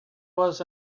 was